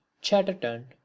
chatterton